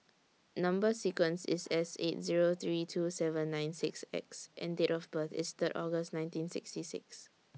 Number sequence IS S eight three two seven nine six X and Date of birth IS Third August nineteen sixty six